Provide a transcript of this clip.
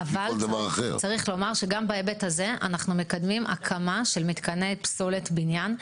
צריך לומר שגם בהיבט הזה אנחנו מקדמים הקמה של מתקני פסולת בניין.